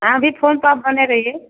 हाँ अभी फोन पर आप बने रहिए